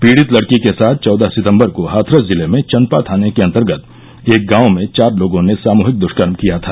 पीडित लड़की के साथ चौदह सितम्बर को हाथरस जिले में चंदपा थाने के अंतर्गत एक गांव में चार लोगों ने सामूहिक दुष्कर्म किया था